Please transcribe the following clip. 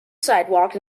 sidewalk